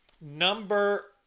number